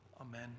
Amen